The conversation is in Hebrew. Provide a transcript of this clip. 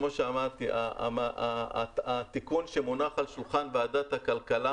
כמו שאמרתי: התיקון שמונח על שולחן ועדת הכלכלה,